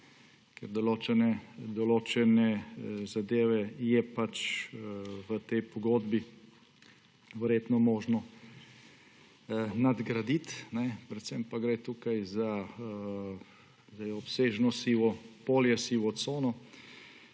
Ker določene zadeve je v tej pogodbi verjetno možno nadgraditi, predvsem pa gre tukaj za obsežno sivo polje, sivo cono